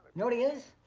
know what he is?